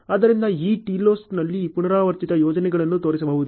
ಆದ್ದರಿಂದ ಈ TILOSನಲ್ಲಿ ಪುನರಾವರ್ತಿತ ಯೋಜನೆಗಳನ್ನು ತೋರಿಸಬಹುದು